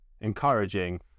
encouraging